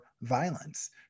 violence